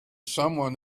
someone